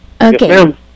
Okay